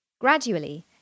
Gradually